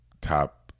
top